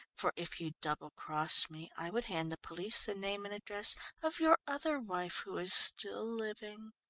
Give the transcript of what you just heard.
for if you double-crossed me, i should hand the police the name and address of your other wife who is still living.